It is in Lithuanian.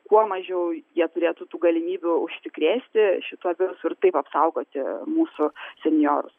kuo mažiau jie turėtų tų galimybių užsikrėsti šituo virusu ir taip apsaugoti mūsų senjorus